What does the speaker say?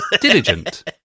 Diligent